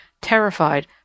terrified